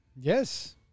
Yes